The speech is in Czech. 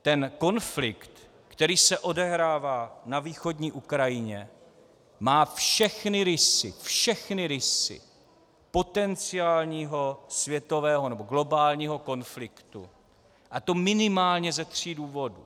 Ten konflikt, který se odehrává na východní Ukrajině, má všechny rysy, všechny rysy potenciálního světového nebo globálního konfliktu, a to minimálně ze tří důvodů.